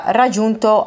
raggiunto